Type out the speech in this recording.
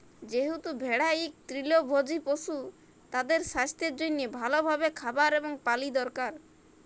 যেহেতু ভেড়া ইক তৃলভজী পশু, তাদের সাস্থের জনহে ভাল ভাবে খাবার এবং পালি দরকার